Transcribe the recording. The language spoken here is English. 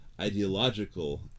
ideological